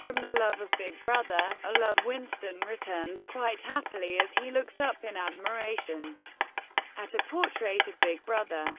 from the love of big brother a love winston winston returns quite happily as he looks up in admiration at a portrait of big brother.